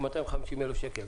250,000 שקל.